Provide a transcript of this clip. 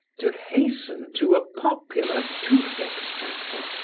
to hasten to a popular tooth-extractor,